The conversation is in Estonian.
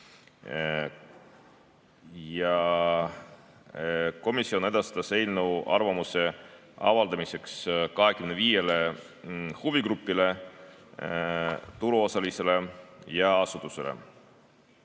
Komisjon edastas eelnõu arvamuse avaldamiseks 25 huvigrupile, turuosalisele ja asutusele.